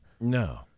No